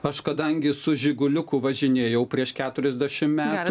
aš kadangi su žiguliuku važinėjau prieš keturiasdešimt metų